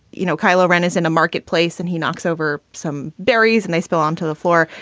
you know, kylo ren is in a marketplace and he knocks over some berries and they spill onto the floor.